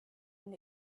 and